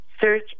search